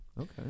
Okay